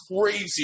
Crazy